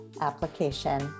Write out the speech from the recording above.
application